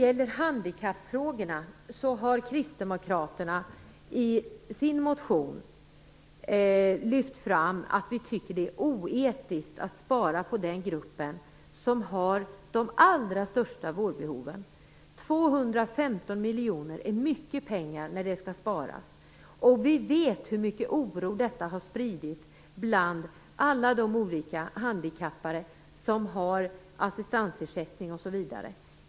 I handikappfrågorna har kristdemokraterna i sin motion lyft fram att vi tycker att det är oetiskt att spara på den grupp som har de allra största vårdbehoven. 215 miljoner är mycket pengar att sparas. Vi vet hur mycket oro detta har spridit bland alla de olika handikappade som har assistensersättning och dylikt.